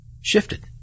shifted